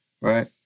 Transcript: right